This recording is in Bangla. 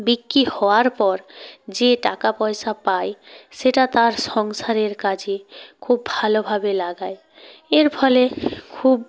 বিক্রি হওয়ার পর যে টাকা পয়সা পায় সেটা তার সংসারের কাজে খুব ভালোভাবে লাগায় এর ফলে খুব